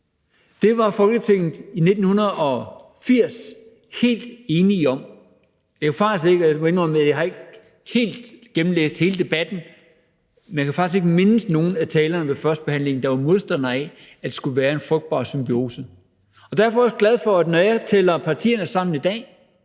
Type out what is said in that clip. Det var Folketinget i 1980 helt enige om. Men jeg må faktisk indrømme, at jeg ikke har gennemlæst hele debatten, men jeg kan faktisk ikke mindes, at nogle af talerne var modstander af, at der skulle være en frugtbar symbiose. Og derfor er jeg også glad for, at når jeg tæller partiernes mandater